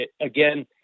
again